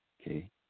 okay